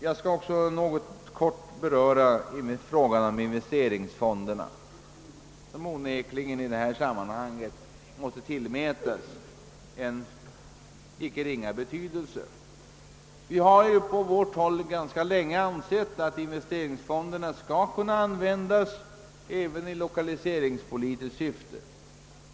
Jag skall också något beröra frågan om investeringsfonderna, som i detta sammanhang onekligen måste tillmätas icke ringa betydelse. Vi har på vårt håll ganska länge ansett att investeringsfonderna <skall kunna användas även i lokaliseringspolitiskt syfte.